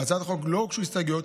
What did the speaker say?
להצעת החוק לא הוגשו הסתייגויות,